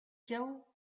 chaos